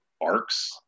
arcs